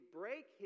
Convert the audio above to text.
break